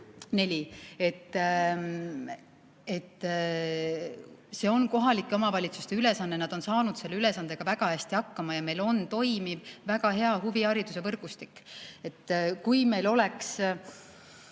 See on kohalike omavalitsuste ülesanne, nad on saanud selle ülesandega väga hästi hakkama ja meil on toimiv väga hea huvihariduse võrgustik. Kui meil oleks